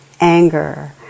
anger